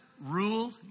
rule